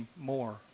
more